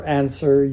answer